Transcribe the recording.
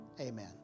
Amen